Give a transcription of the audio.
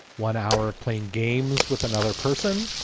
one hour of playing games with another person.